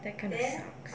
that kind of sucks